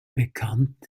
bekannt